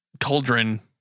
cauldron